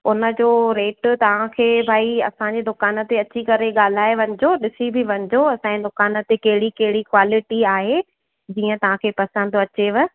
हुन जो रेट तव्हांखे भाई असांजे दुकान ते अची करे ॻाल्हाए वञिजो ॾिसी बि वञिजो असांजी दुकान ते कहिड़ी कहिड़ी क्वालिटी आहे जीअं तव्हांखे पसंदि अचेव